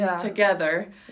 together